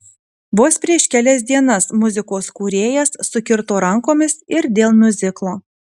vos prieš kelias dienas muzikos kūrėjas sukirto rankomis ir dėl miuziklo